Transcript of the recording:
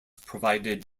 provided